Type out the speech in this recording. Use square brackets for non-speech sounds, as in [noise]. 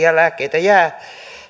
[unintelligible] ja lääkkeitä jää